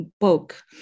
book